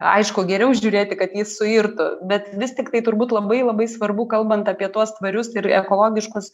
aišku geriau žiūrėti kad jis suirtų bet vis tiktai turbūt labai labai svarbu kalbant apie tuos tvarius ir ekologiškus